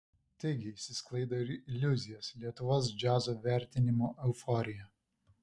taigi išsisklaido ir iliuzijos lietuvos džiazo vertinimų euforija